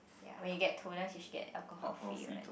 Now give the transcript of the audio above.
ya when you get toners you should get alcohol free one